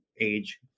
age